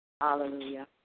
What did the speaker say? Hallelujah